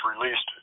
released